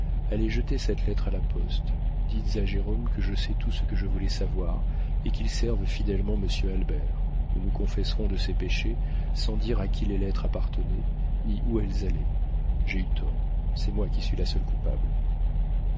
allez jeter cette lettre à la poste dites à jérôme que je sais tout ce que je voulais savoir et qu'il serve fidèlement monsieur albert nous nous confesserons de ces péchés sans dire à qui les lettres appartenaient ni où elles allaient j'ai eu tort c'est moi qui suis la seule coupable